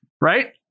Right